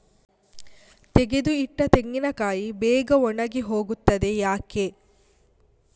ತೆಗೆದು ಇಟ್ಟ ತೆಂಗಿನಕಾಯಿ ಬೇಗ ಒಣಗಿ ಹೋಗುತ್ತದೆ ಯಾಕೆ?